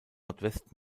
nordwest